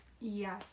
Yes